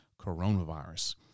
Coronavirus